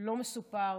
לא מסופר